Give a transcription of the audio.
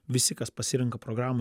visi kas pasirenka programų